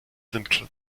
sind